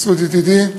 מסעוד ידידי,